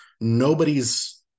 nobody's